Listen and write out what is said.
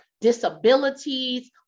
disabilities